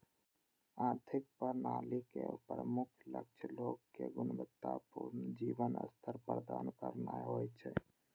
आर्थिक प्रणालीक प्रमुख लक्ष्य लोग कें गुणवत्ता पूर्ण जीवन स्तर प्रदान करनाय होइ छै